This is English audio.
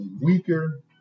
weaker